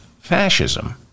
fascism